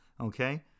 okay